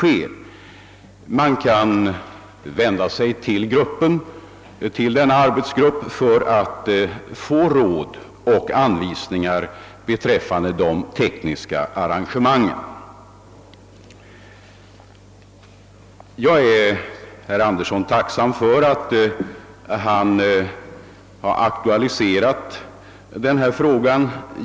Kommunerna kan vända sig till gruppen för att få råd och anvisningar beträffande de tekniska arrangemangen. Jag är herr Andersson tacksam för att han genom sin interpellation har aktualiserat denna fråga.